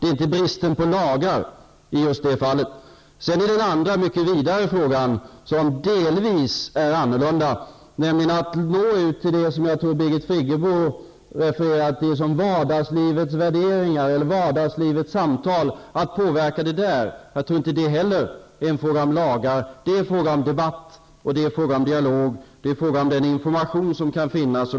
Det är inte fråga om bristen på lagar i just det här fallet. Sedan till den mycket vidare frågan som delvis är annorlunda, nämligen att nå ut till vad jag tror Birgit Friggebo refererade till som vardagslivets värderingar eller vardagslivets samtal. Att påverka på det här området tror jag inte heller är en fråga om lagar. Det gäller debatt och dialog och det gäller den information som kan finnas.